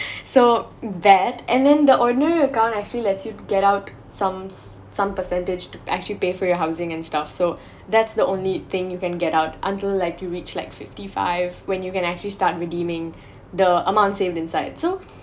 so that and then the ordinary account actually let you get out some some percentage to actually pay for your housing and stuff so that's the only thing you can get out until like you reach like fifty five when you can actually start redeeming the amount saved inside so